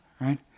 Right